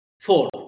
four